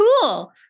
cool